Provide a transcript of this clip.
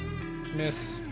miss